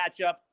matchup